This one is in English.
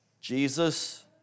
Jesus